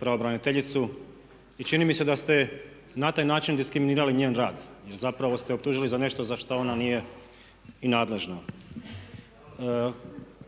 pravobraniteljicu i čini mi se da ste na taj način diskriminirali njen rad i zapravo ste je optužili za nešto za što ona nije i nadležna.